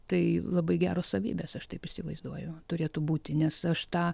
tai labai geros savybės aš taip įsivaizduoju turėtų būti nes aš tą